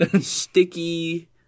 sticky